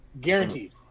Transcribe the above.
Guaranteed